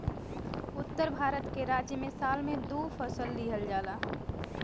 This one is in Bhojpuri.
उत्तर भारत के राज्य में साल में दू फसल लिहल जाला